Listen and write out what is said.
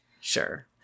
Sure